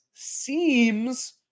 Seems